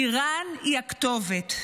איראן היא הכתובת,